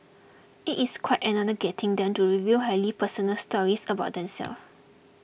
it is quite another getting them to reveal highly personal stories about themselves